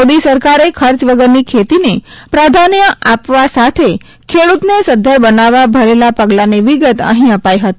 મોદી સરકારે ખર્ચ વગરની ખેતીને પ્રાધાન્ય આપયા સાથે ખેડુતને સધ્ધર બનાવવા ભરેલા પગલાંની વિગત અહીં અપાઇ હતી